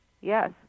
Yes